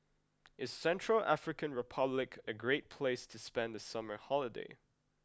is Central African Republic a great place to spend the summer holiday